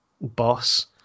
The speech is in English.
boss